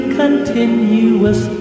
continuous